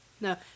No